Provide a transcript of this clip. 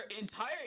entire